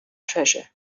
treasure